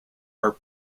are